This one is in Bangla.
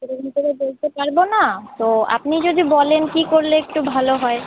সেরকম করে বলতে পারব না তো আপনি যদি বলেন কী করলে একটু ভালো হয়